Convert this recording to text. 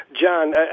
John